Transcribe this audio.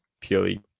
purely